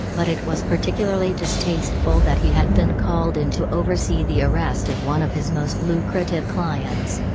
but it was particularly distasteful that he had been called in to oversee the arrest of one of his most lucrative clients.